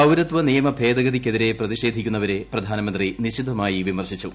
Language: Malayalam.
പൌരത്വ നിയമ ഭേദഗതിക്കെതീരെ പ്രതിഷേധിക്കുന്നവരെ പ്രധാനമന്ത്രി നിശിതമായി വിമർശിച്ചു